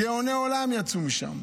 גאוני עולם יצאו משם,